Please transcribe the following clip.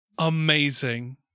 amazing